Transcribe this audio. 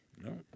No